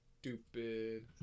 Stupid